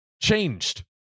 changed